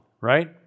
right